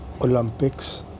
Olympics